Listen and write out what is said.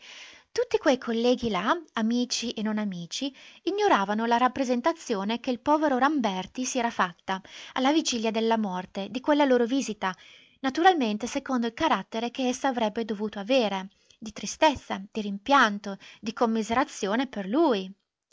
tutti quei colleghi là amici e non amici ignoravano la rappresentazione che il povero ramberti si era fatta alla vigilia della morte di quella loro visita naturalmente secondo il carattere che essa avrebbe dovuto avere di tristezza di rimpianto di commiserazione per lui